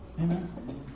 Amen